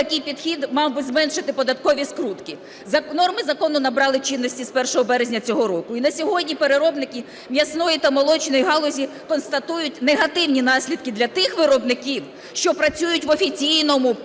такий підхід мав би зменшити податкові скрутки. Норми закону набрали чинності з 1 березня цього року, і на сьогодні переробники м'ясної та молочної галузі констатують негативні наслідки для тих виробників, що працюють в офіційному податковому